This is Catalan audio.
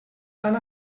tan